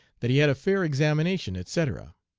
that he had a fair examination etc.